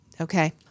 Okay